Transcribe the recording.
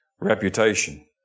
reputation